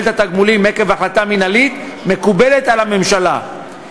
את התגמולים עקב החלטה מינהלית מקובל על הממשלה,